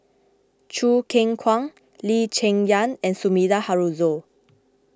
Choo Keng Kwang Lee Cheng Yan and Sumida Haruzo